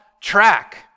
track